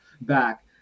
back